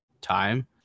time